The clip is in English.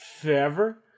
forever